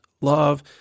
love